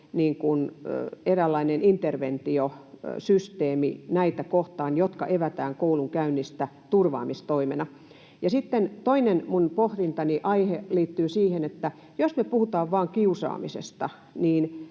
eräänlainen interventiosysteemi näitä kohtaan, joilta evätään koulunkäynti turvaamistoimena. Toinen minun pohdintani aihe liittyy siihen, että jos me puhutaan vain kiusaamisesta,